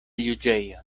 juĝejo